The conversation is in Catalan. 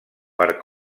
per